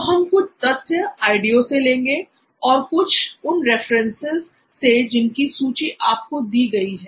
तो हम कुछ तथ्य IDEO से लेंगे और कुछ उन रिफरेंस से जिनकी सूची आपको दी गई है